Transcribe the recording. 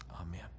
Amen